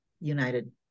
united